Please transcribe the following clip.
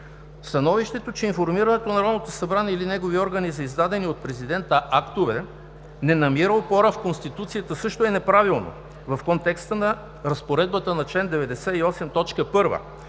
Становището, че информирането на Народното събрание или негови органи за издадени от президента актове не намира опора в Конституцията, също е неправилно в контекста на разпоредбата на чл. 98,